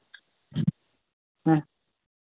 ᱦᱮᱸ